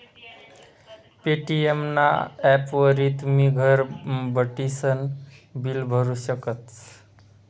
Paytm ना ॲपवरी तुमी घर बठीसन बिल भरू शकतस